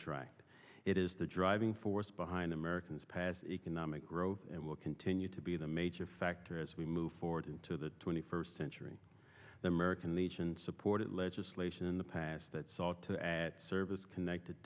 track it is the driving force behind america's past economic growth and will continue to be the major factor as we move forward into the twenty first century the american legion supported legislation in the past that sought to add service connected